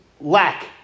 lack